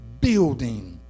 building